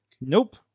Nope